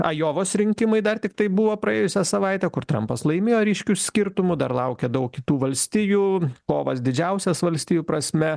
ajovos rinkimai dar tiktai buvo praėjusią savaitę kur trampas laimėjo ryškiu skirtumu dar laukia daug kitų valstijų kovas didžiausias valstijų prasme